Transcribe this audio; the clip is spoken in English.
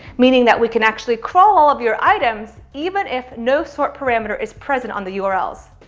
meaning that we can actually crawl all of your items even if no sort parameter is present on the yeah urls.